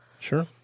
Sure